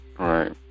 Right